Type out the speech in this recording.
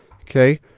Okay